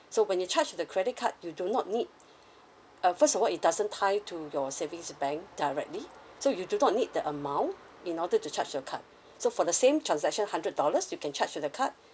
so when you charge the credit card you do not need uh first of all it doesn't tie to your savings bank directly so you do not need the amount in order to charge your card so for the same transaction hundred dollars you can charge to the card